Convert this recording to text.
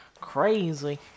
crazy